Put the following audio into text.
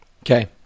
Okay